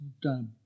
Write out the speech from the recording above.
done